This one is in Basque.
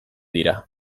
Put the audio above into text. dira